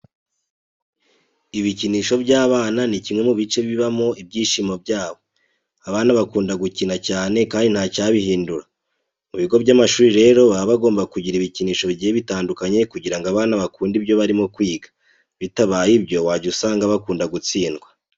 Ibikinisho by'abana ni kimwe mu bice bibamo ibyishimo byabo. Abana bakunda gukina cyane kandi ntacyabihundura. Mu bigo by'amashuri rero baba bagomba kugira ibikinisho bigiye bitandukanye kugira ngo abana bakunde ibyo barimo kwiga, bitabaye ibyo wajya usanga bakunda gutsindwa.